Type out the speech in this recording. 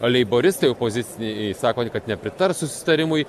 o leiboristai opoziciniai sako kad nepritars susitarimui